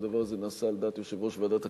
והדבר הזה נעשה על דעת יושב-ראש ועדת הכספים.